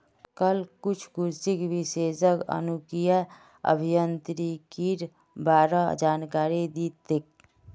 कल कुछ कृषि विशेषज्ञ जनुकीय अभियांत्रिकीर बा र जानकारी दी तेक